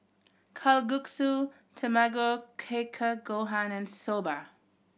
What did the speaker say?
Kalguksu Tamago Kake Gohan and Soba